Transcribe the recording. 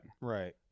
right